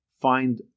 find